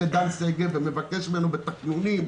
התקשרתי לדן שגב וביקשתי ממנו בתחנונים: